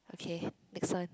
okay next one